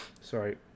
sorry